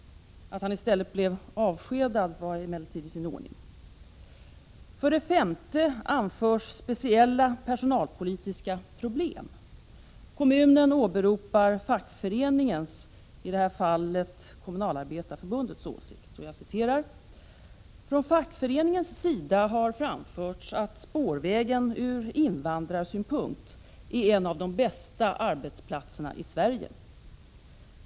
Att han i stället blev avskedad var emellertid i sin ordning. För det femte anförs speciella personalpolitiska problem. Kommunen åberopar fackföreningens, i detta fall Kommunalarbetareförbundets, åsikt: Från fackföreningens sida har framförts att spårvägen från invandrarsyn punkt är en av de bästa arbetsplatserna i Sverige.